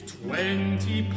twenty